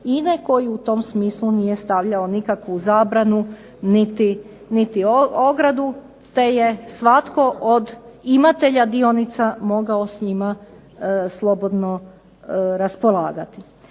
INA-e koji u tom smislu nije stavljao nikakvu zabranu niti ogradu te je svatko od imatelja dionica mogao s njima slobodno raspolagati.